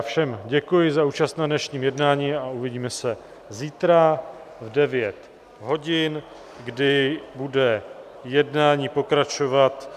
Všem děkuji za účast na dnešním jednání a uvidíme se zítra v 9 hodin, kdy bude jednání pokračovat.